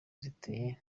ziteye